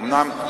אומנם,